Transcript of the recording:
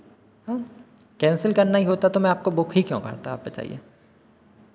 आँय कैंसिल करना ही होता तो मैं आपको बुक ही क्यों करता आप बताइए